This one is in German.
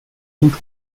und